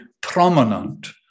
prominent